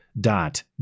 dot